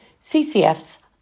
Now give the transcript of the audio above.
CCFs